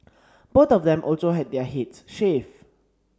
both of them also had their heads shaved